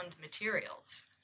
materials